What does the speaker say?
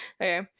Okay